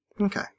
Okay